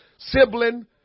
sibling